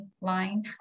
line